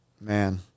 man